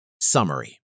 Summary